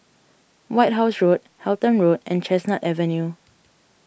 White House Road Halton Road and Chestnut Avenue